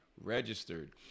registered